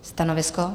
Stanovisko?